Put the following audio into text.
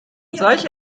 solche